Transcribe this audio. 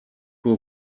will